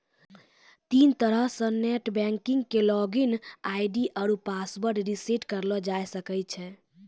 तीन तरहो से नेट बैंकिग के लागिन आई.डी आरु पासवर्ड रिसेट करलो जाय सकै छै